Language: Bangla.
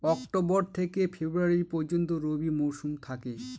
অক্টোবর থেকে ফেব্রুয়ারি পর্যন্ত রবি মৌসুম থাকে